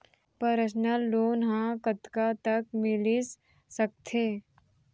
Personal loan ह कतका तक मिलिस सकथे?